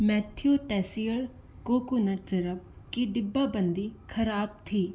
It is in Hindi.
मैथ्यू टैसियर कोकोनट सिरप की डिब्बाबंदी खराब थी